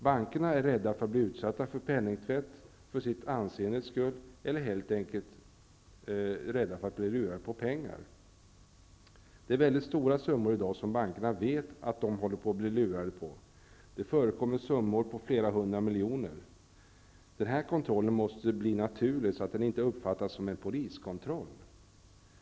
Bankerna är rädda för att bli utsatta för penningtvätt, för sitt anseendes skull, eller helt enkelt rädda för att bli lurade på pengar. Bankerna vet i dag att de håller på att bli lurade på väldigt stora summor; det förekommer summor på flera hundra miljoner. Den här kontrollen måste bli naturlig så att den inte uppfattas som en poliskontroll.